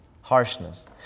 harshness